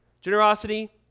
Generosity